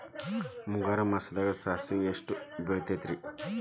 ಮುಂಗಾರು ಮಾಸದಾಗ ಸಾಸ್ವಿ ಛಲೋ ಬೆಳಿತೈತೇನ್ರಿ?